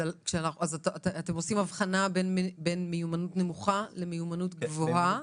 אז אתם עושים הבחנה בין מיומנות נמוכה למיומנות גבוהה?